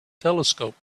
telescope